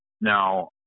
now